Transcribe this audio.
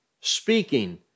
speaking